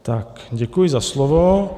Tak děkuji za slovo.